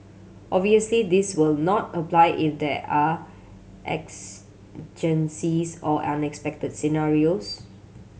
obviously this will not apply if there are exigencies or unexpected scenarios